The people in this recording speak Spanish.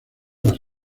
las